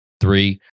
three